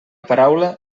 paraula